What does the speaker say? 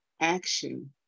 action